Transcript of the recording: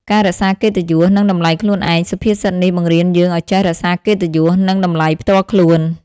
ការរក្សាកិត្តិយស និងតម្លៃខ្លួនឯង សុភាសិតនេះបង្រៀនយើងឲ្យចេះរក្សាកិត្តិយស និងតម្លៃផ្ទាល់ខ្លួន។